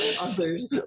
others